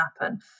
happen